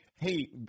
Hey